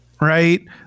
right